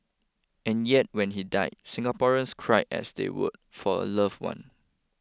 and yet when he died Singaporeans cried as they would for a love one